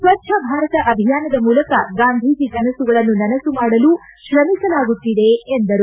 ಸ್ವಚ್ದ ಭಾರತ ಅಭಿಯಾನದ ಮೂಲಕ ಗಾಂಧೀಜಿ ಕನಸುಗಳನ್ನು ನನಸು ಮಾಡಲು ಶ್ರಮಿಸಲಾಗುತ್ಲಿದೆ ಎಂದರು